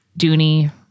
Dooney